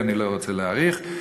אני לא רוצה להאריך,